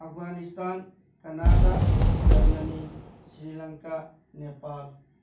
Afghanistan Canada Germany sri Lanka Nepal